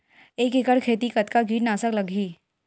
एक एकड़ खेती कतका किट नाशक लगही?